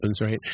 right